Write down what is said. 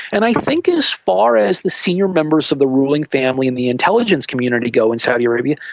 and i think as far as the senior members of the ruling family and the intelligence community go in saudi arabia,